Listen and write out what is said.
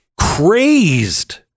crazed